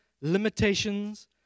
limitations